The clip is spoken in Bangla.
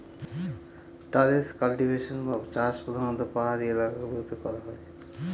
ট্যারেস কাল্টিভেশন বা চাষ প্রধানত পাহাড়ি এলাকা গুলোতে করা হয়